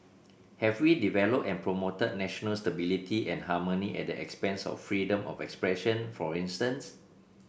have we developed and promoted national stability and harmony at the expense of freedom of expression for instance